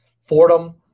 Fordham